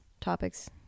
topics